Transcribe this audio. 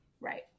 right